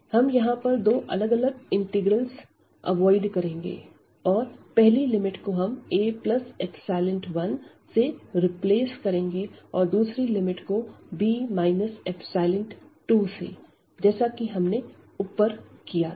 हम यहां पर दो अलग अलग इंटीग्रेल्स अवॉइड करेंगे और पहली लिमिट को हम a1 से रिप्लेस करेंगे और दूसरी लिमिट को b 2 से जैसा कि हमने ऊपर किया था